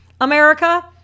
America